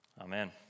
Amen